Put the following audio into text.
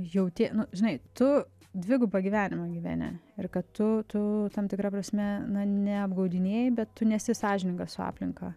jauti nu žinai tu dvigubą gyvenimą gyveni ir kad tu tu tam tikra prasme na neapgaudinėji bet tu nesi sąžiningas su aplinka